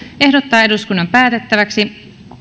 ehdottaa eduskunnan päätettäväksi